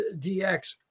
DX